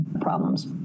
problems